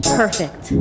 perfect